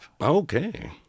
Okay